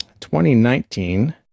2019